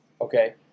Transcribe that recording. Okay